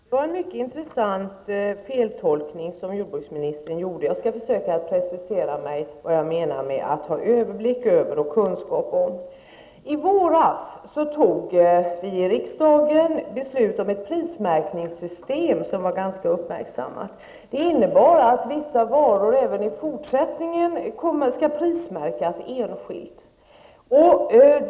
Fru talman! Det var en mycket intressant feltolkning som jordbruksministern gjorde sig skyldig till. Jag skall försöka precisera vad jag menade med att ha överblick över och kunskap om. I våras fattade riksdagen beslut om ett ganska uppmärksammat prismärkningssystem. Det innebar att vissa varor även i fortsättningen skulle prismärkas enskilt.